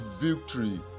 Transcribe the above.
victory